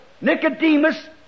Nicodemus